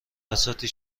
بساطی